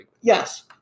Yes